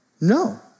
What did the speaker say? No